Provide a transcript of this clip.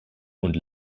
und